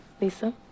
Lisa